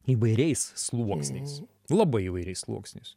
įvairiais sluoksniais labai įvairiais sluoksniais